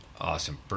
Awesome